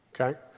Okay